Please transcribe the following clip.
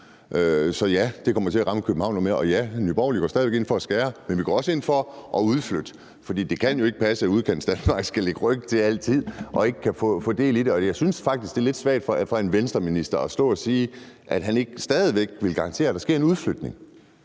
Så ja, det kommer til at ramme København noget mere, og ja, Nye Borgerlige går stadig væk ind for at skære ned, men vi går også ind for et udflytte. For det kan jo ikke passe, at Udkantsdanmark altid skal lægge ryg til ikke at kunne få del i det. Og jeg synes faktisk, det er lidt svagt af en Venstreminister at stå og sige, at han ikke stadig væk vil garantere, at der sker en udflytning.